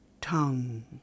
tongue